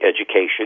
education